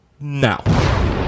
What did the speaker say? Now